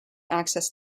access